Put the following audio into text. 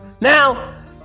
Now